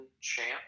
champ